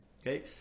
okay